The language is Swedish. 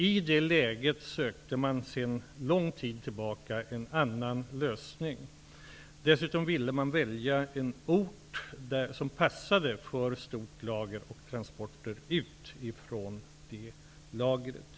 I det läget sökte man sedan lång tid tillbaka en annan lösning. Dessutom ville man välja en ort som passade för ett stort lager och transporter ut från det lagret.